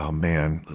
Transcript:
um man.